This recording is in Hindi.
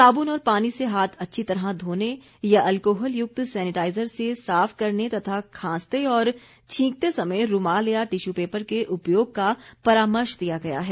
साबुन और पानी से हाथ अच्छी तरह धोने या अल्कोहल युक्त सेनिटाइज़र से साफ करने तथा खांसते और छींकते समय रूमाल या टिश्यू पेपर के उपयोग का परामर्श दिया गया है